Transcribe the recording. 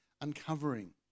uncovering